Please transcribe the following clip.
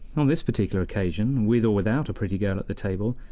on this particular occasion, with or without a pretty girl at the table,